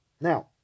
Now